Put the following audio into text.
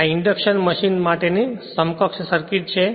આ induction machine ની સમકક્ષ સર્કિટ છે